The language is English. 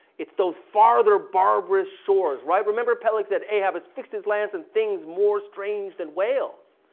it goes farther barbarous shores, right? remember, peleg said ahab has fixed his lance and things more strange than whales.